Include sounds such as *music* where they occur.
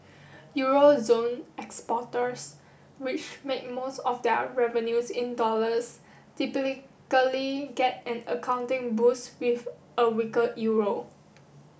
Euro zone exporters which make most of their revenues in dollars *unintelligible* get an accounting boost with a weaker Euro